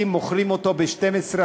מוכרים אותו ב-12,